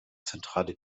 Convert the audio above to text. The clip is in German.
zentrale